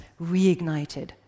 reignited